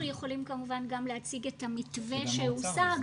אנחנו יכולים כמובן גם להציג את המתווה שהושג,